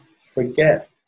forget